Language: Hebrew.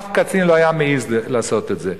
אף קצין לא היה מעז לעשות את זה,